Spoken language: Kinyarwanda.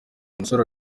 umusore